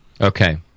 Okay